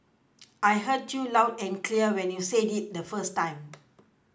I heard you loud and clear when you said it the first time